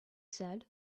said